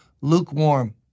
lukewarm